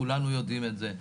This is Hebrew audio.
כולנו יודעים את זה.